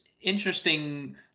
interesting